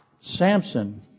Samson